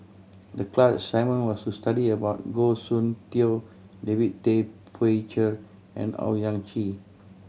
the class assignment was to study about Goh Soon Tioe David Tay Poey Cher and Owyang Chi